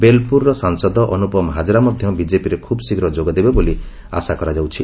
ବୋଲ୍ପୁରର ସାଂସଦ ଅନୁପମ ହାଜରା ମଧ୍ୟ ବିକେପିରେ ଖୁବ୍ ଶୀଘ୍ର ଯୋଗ ଦେବେ ବୋଲି ଆଶା କରାଯାଉଛି